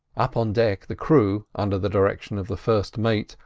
up on deck the crew, under the direction of the first mate,